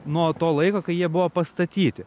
nuo to laiko kai jie buvo pastatyti